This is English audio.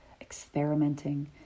experimenting